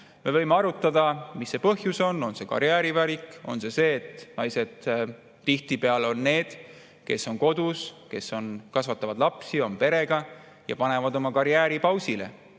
Me võime arutada, mis see põhjus on, on see karjäärivalik või see, et naised on tihtipeale need, kes on kodus, kasvatavad lapsi, on perega ja panevad oma karjääri pausile.